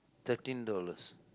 thirteen dollars